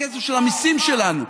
הכסף של המיסים שלנו,